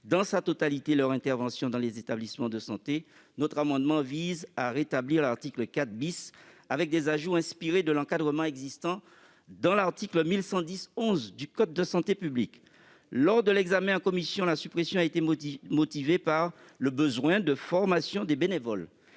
dans sa totalité leur intervention dans les établissements de santé, notre amendement vise à rétablir l'article 4 , avec des ajouts inspirés de l'encadrement existant dans l'article L. 1110-11 du code de la santé publique. Lors de l'examen du texte en commission, la suppression de cet article a été motivée par le besoin de formation des bénévoles.